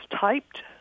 typed